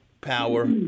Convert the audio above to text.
power